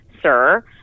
sir